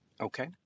okay